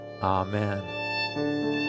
Amen